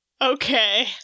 Okay